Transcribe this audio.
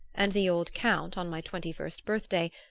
and the old count, on my twenty-first birthday,